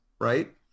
right